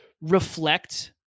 reflect